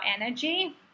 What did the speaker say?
energy